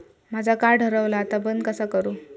माझा कार्ड हरवला आता बंद कसा करू?